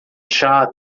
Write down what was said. shot